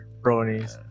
bronies